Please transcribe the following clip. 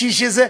בשביל שזה,